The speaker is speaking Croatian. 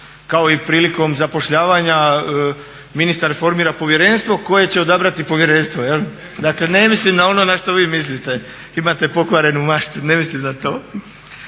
kao i prilikom zapošljavanja ministar formira povjerenstvo koje će odabrati povjerenstvo. Dakle, ne mislim na ono na što vi mislite. Imate pokvarenu maštu, ne mislim na to.